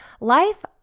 life